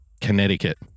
Connecticut